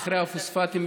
מכרה הפוספטים,